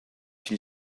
une